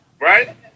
Right